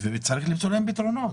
וצריך למצוא להם פתרונות.